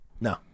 No